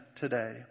today